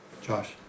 Josh